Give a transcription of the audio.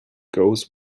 goes